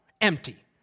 empty